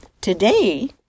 today